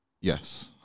Yes